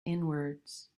inwards